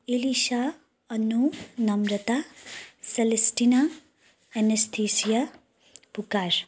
Elisa Anu Namrata Celestina anaesthesia Pukar